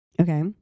Okay